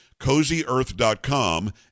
CozyEarth.com